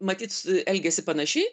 matyt elgiasi panašiai